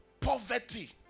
poverty